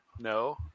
No